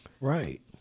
Right